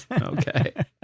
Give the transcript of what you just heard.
Okay